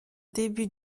début